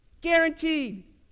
Guaranteed